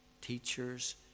teachers